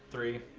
three